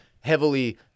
heavily